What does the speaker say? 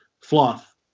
Fluff